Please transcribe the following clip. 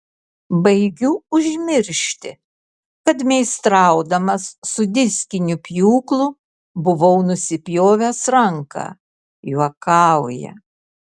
baigiu užmiršti kad meistraudamas su diskiniu pjūklu buvau nusipjovęs ranką juokauja